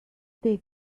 take